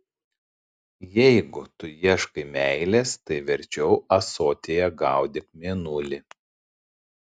jeigu tu ieškai meilės tai verčiau ąsotyje gaudyk mėnulį